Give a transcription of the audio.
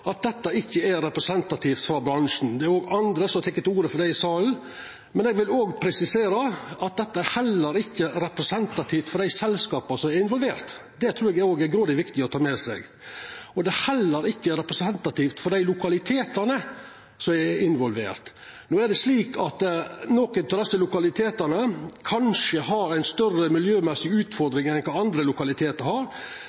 at dette ikkje er representativt for bransjen. Det er også andre som har teke til orde for det i salen. Eg vil presisera at dette heller ikkje er representativt for dei selskapa som er involverte. Det trur eg òg er grådig viktig å ta med seg. Det er heller ikkje representativt for dei lokalitetane som er involverte. No er det slik at nokre av desse lokalitetane har kanskje ei større utfordring med omsyn til miljøet enn kva andre lokalitetar har,